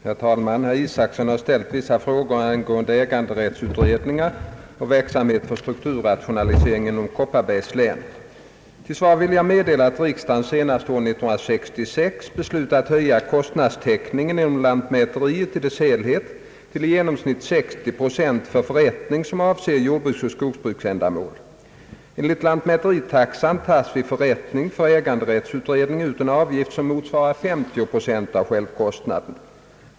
Herr talman! Herr Isacson har ställt vissa frågor angående äganderättsutredningarna och verksamheten för strukturrationalisering inom Kopparbergs län. Till svar vill jag meddela, att riksdagen senast år 1966 beslutat höja kostnadstäckningen inom lantmäteriet i dess helhet till i genomsnitt 60 procent för förrättningar som avser jordbruksoch skogsbruksändamål. Enligt lantmäteritaxan tas vid förrättning för äganderättsutredning ut en avgift som motsvarar 50 procent av självkostnaden.